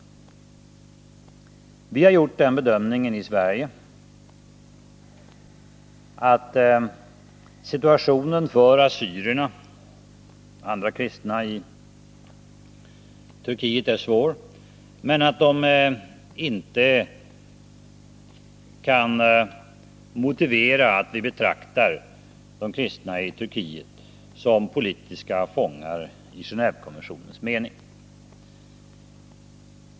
Vi har i Sverige gjort den bedömningen att situationen för assyrierna och andra kristna i Turkiet är svår, men att den inte kan motivera att vi betraktar de kristna i Turkiet som politiskt förföljda i Gen&vekonventionens mening.